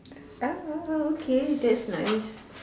oh oh oh okay that's nice